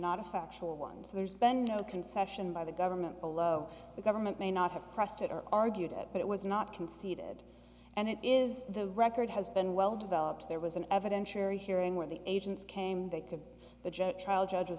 not a factual one so there's been no concession by the government below the government may not have pressed it or argued it but it was not conceded and it is the record has been well developed there was an evidentiary hearing where the agents came they could the jet trial judge was